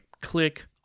click